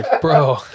bro